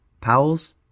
Powell's